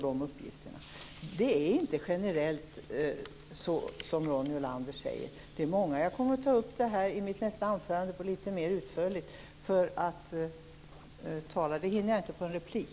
Det är inte generellt som Ronny Olander säger. Det är många. Jag kommer att ta upp det här i mitt nästa anförande litet mer utförligt. Jag hinner inte med det på en replik.